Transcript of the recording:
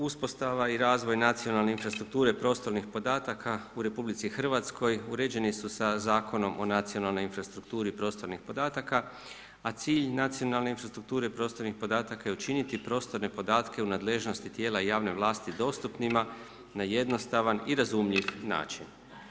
Uspostava i razvoj nacionalne infrastrukture prostornih podataka u Republici Hrvatskoj uređeni su sa Zakonom o nacionalnoj infrastrukturi prostornih podataka, a cilj nacionalne infrastrukture prostornih podataka je učiniti prostorne podatke u nadležnosti tijela javne vlasti dostupnima na jednostavan i razumljiv način.